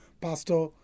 Pastor